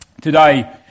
Today